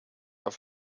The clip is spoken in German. auf